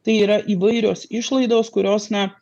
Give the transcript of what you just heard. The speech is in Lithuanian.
tai yra įvairios išlaidos kurios na